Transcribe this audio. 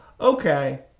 okay